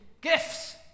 Gifts